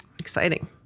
Exciting